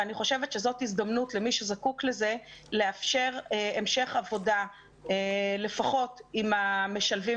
ואני חושבת שזאת הזדמנות למי שזקוק לזה לאפשר המשך עבודה לפחות עם המשלבים